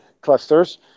clusters